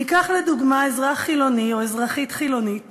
ניקח לדוגמה אזרח חילוני או אזרחית חילונית